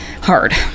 hard